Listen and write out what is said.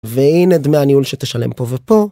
והנה דמי הניהול שתשלם פה ופה.